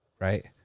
Right